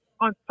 on